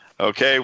Okay